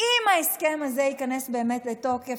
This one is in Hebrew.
שאם ההסכם הזה ייכנס באמת לתוקף,